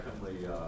Secondly